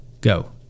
go